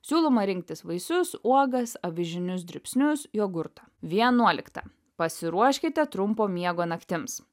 siūloma rinktis vaisius uogas avižinius dribsnius jogurtą vienuolikta pasiruoškite trumpo miego naktims